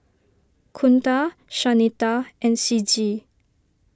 Kunta Shanita and Ciji